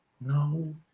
No